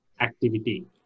activity